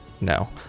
no